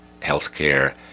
healthcare